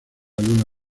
luna